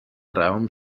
raum